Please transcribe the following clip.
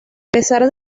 pesar